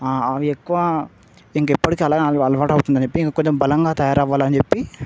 అవి ఎక్కువ ఇంకెప్పటికీ అలాగ అలవాటు అవుతుందని చెప్పి కొంచెం బలంగా తయారవ్వాలి అని చెప్పి